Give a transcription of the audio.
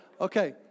Okay